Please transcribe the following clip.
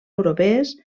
europees